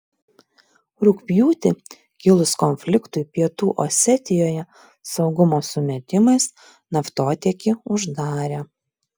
rugpjūtį kilus konfliktui pietų osetijoje saugumo sumetimais naftotiekį uždarė